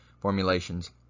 formulations